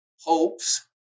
hopes